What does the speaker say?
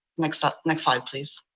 next ah next slide, please.